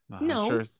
No